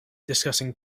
discussing